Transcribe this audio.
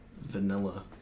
vanilla